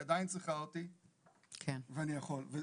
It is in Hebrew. היא עדיין צריכה אותי ואני יכול.